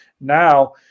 Now